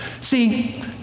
See